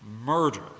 murder